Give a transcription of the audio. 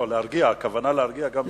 לא, להרגיע, הכוונה להרגיע משני הצדדים.